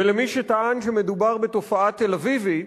ולמי שטען שמדובר בתופעה תל-אביבית,